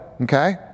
okay